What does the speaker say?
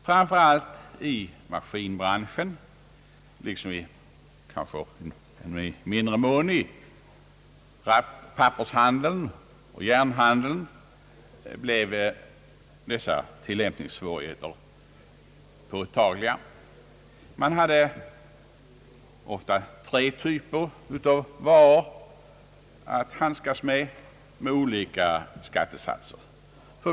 Framför allt i maskinbranschen liksom kanske i mindre mån i pappershandeln och järnhandeln blev dessa tilllämpningssvårigheter påtagliga. Man hade ofta att handskas med tre typer av varor med olika skattesatser.